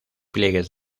pliegues